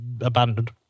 abandoned